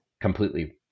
completely